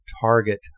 target